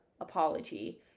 apology